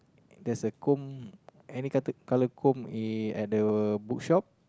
there's a comb any colour comb in at the bookshop